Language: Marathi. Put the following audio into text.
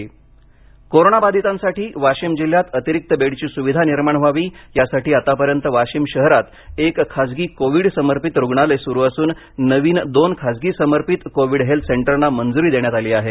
वाशिम कोरोना बाधितांनासाठी वाशिम जिल्ह्यात अतिरिक्त बेडची सुविधा निर्माण व्हावी यासाठी आतापर्यंत वाशिम शहरात एक खाजगी डेडीकेटेड कोविड रुग्णालय सुरू असून नविन दोन खाजगी डेडीकेटेड कोविड हेल्थ सेंटरना मंजुरी देण्यात आली आहे